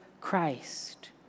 Christ